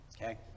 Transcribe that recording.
okay